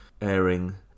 airing